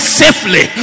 safely